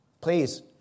Please